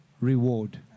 reward